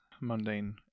mundane